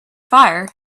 fire